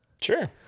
Sure